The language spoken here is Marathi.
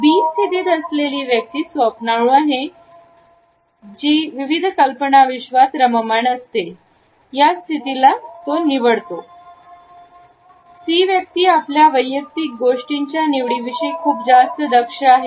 B स्थितीत असलेल्या व्यक्ती स्वप्नाळू आहे जो विविध कल्पनाविश्वात रममानअसतो या स्थितीला निवडले आहे तो C व्यक्ती आपल्या वैयक्तिक गोष्टींच्या निवडीविषयी खूप जास्त दक्ष आहे